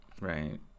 right